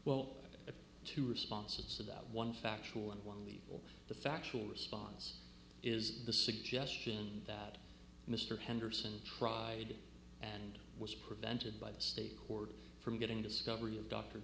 well two responses to that one factual and one leave the factual response is the suggestion that mr henderson tried and was prevented by the state court from getting discovery of dr